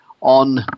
on